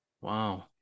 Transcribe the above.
Wow